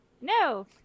No